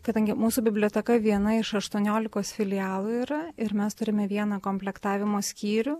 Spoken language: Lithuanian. kadangi mūsų biblioteka viena iš aštuoniolikos filialų yra ir mes turime vieną komplektavimo skyrių